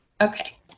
Okay